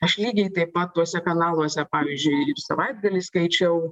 aš lygiai taip pat tuose kanaluose pavyzdžiui ir savaitgalį skaičiau